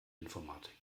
informatik